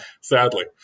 sadly